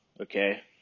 okay